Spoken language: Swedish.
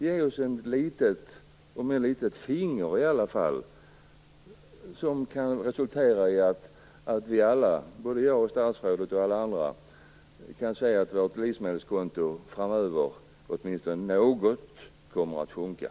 Ge oss åtminstone ett finger här, så att vi alla - jag, statsrådet och andra - kan se att våra livsmedelskonton i varje fall något minskar framöver!